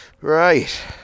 Right